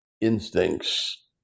instincts